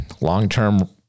long-term